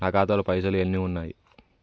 నా ఖాతాలో పైసలు ఎన్ని ఉన్నాయి?